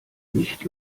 nicht